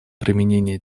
применение